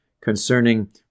concerning